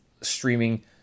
streaming